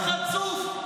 אתה חצוף.